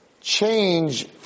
change